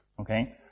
Okay